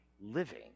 living